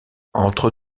entre